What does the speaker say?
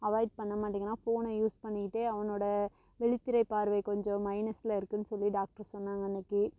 avoid பண்ண மாட்டேங்கிறான் ஃபோனை யூஸ் பண்ணிகிட்டே அவனோட விழித்திரை பார்வை கொஞ்சம் மைனஸ்ல இருக்குதுன்னு சொல்லி டாக்டர் சொன்னாங்க அன்னைக்கு